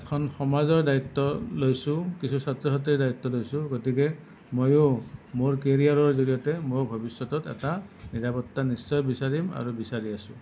এখন সমাজৰ দ্বায়িত্ব লৈছোঁ কিছু ছাত্ৰ ছাত্ৰীৰ দ্বায়িত্ব লৈছোঁ গতিকে মইও মোৰ কেৰিয়াৰৰ জড়িয়তে মোৰ ভৱিষ্যতত এটা নিৰাপত্তা নিশ্চয় বিচাৰিম আৰু বিচাৰি আছোঁ